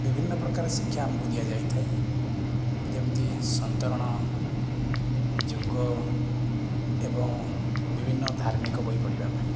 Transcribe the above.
ବିଭିନ୍ନ ପ୍ରକାର ଶିକ୍ଷା ଆମକୁ ଦିଆଯାଇଥାଏ ଯେମିତି ସନ୍ତରଣ ଯୋଗ ଏବଂ ବିଭିନ୍ନ ଧାର୍ମିକ ବହି ପଢ଼ିବା ପାଇଁ